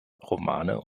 romane